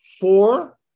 Four